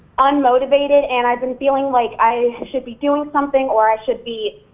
unmotivated and i've been feeling like i should be doing something or i should be,